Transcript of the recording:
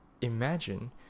imagine